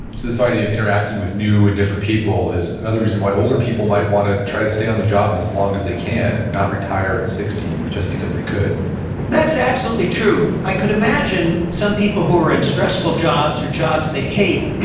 it's this idea of interacting with new and different people is another reason why older people might want to try to stay on the job as as long as they can. not retire at sixty but just because they could that's absolutely true. i could imagine some people who are in stressful jobs, or jobs they hate,